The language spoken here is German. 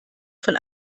von